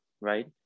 right